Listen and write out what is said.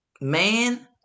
Man